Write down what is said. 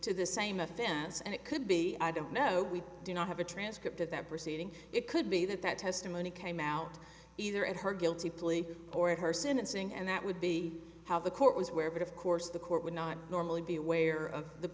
to the same offense and it could be i don't know we do not have a transcript of that proceeding it could be that that testimony came out either at her guilty plea or at her sentencing and that would be how the court was where but of course the court would not normally be aware of the